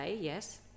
yes